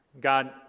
God